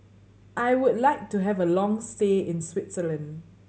I would like to have a long stay in Switzerland